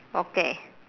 okay